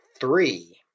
three